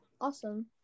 Awesome